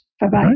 Bye-bye